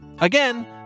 Again